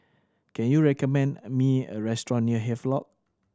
can you recommend me a restaurant near Havelock